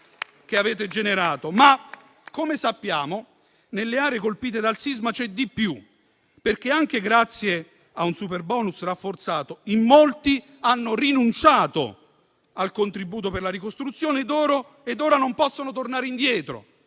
Come sappiamo, però, nelle aree colpite dal sisma c'è di più, perché, anche grazie a un superbonus rafforzato, in molti hanno rinunciato al contributo per la ricostruzione ed ora non possono tornare indietro.